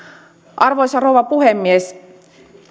arvoisa rouva puhemies